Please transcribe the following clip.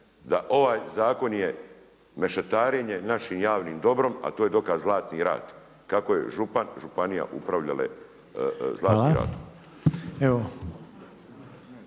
da ovaj zakon je mešetarenje našim javnim dobro, a to je dokaz Zlatni rat, kako je župan, županija upravljale Zlatnim ratom.